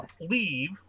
Leave